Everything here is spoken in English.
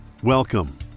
Welcome